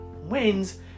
wins